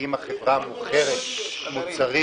שאם החברה מוכרת מוצרים